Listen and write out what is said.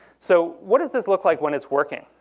so what does this look like when it's working?